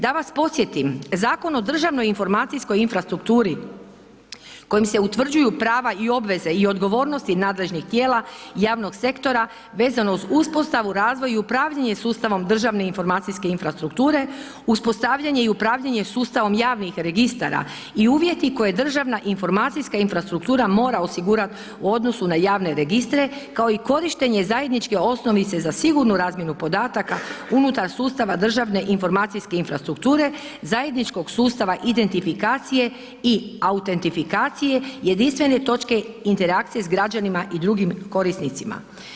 Da vas podsjetim, Zakon o državnoj informacijskoj infrastrukturi kojim se utvrđuju prava i obveze i odgovornosti nadležnih tijela javnog sektora vezano uz uspostavu, razvoju i upravljanju sustavom državne informacijske infrastrukture, uspostavljanje i upravljanje sustavom javnih registara i uvjeti koje državna informacijska infrastruktura mora osigurat u odnosu na javne registre, kao i korištenje zajedničke osnovice sa sigurnu razmjenu podataka unutar sustava državne informacijske infrastrukture, zajedničkog sustava identifikacije i autentifikacije, jedinstvene točke interakcije s građanima i drugim korisnicima.